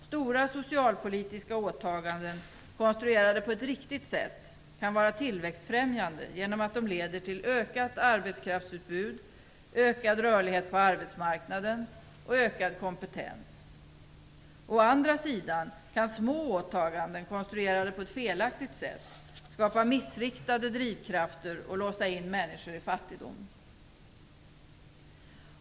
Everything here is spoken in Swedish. Stora socialpolitiska åtaganden konstruerade på ett riktigt sätt kan vara tillväxtfrämjande genom att de leder till ökat arbetskraftsutbud, ökad rörlighet på arbetsmarknaden och ökad kompetens. Å andra sidan kan små åtaganden konstruerade på ett felaktigt sätt skapa missriktade drivkrafter och låsa in människor i fattigdom.